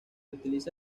utiliza